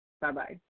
Bye-bye